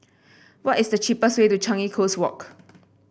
what is the cheapest way to Changi Coast Walk